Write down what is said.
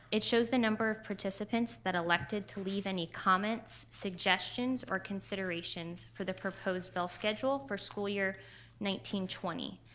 it shows the number of participants that elected to leave any comments, suggestions, or considerations for the proposed bell schedule for school year nineteen twenty.